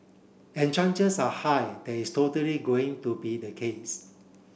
and chances are high that is totally going to be the case